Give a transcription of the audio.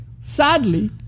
Sadly